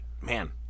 man